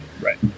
Right